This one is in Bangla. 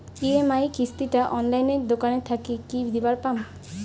ই.এম.আই কিস্তি টা অনলাইনে দোকান থাকি কি দিবার পাম?